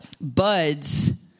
buds